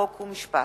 חוק ומשפט.